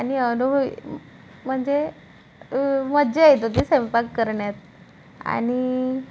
आणि अनुभवी म्हणजे मज्जा येत होती स्वैंपाक करण्यात आणि